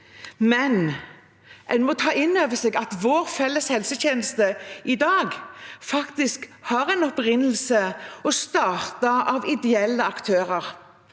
men en må ta inn over seg at vår felles helsetjeneste i dag faktisk har en opprinnelse i og ble startet av ideelle aktører,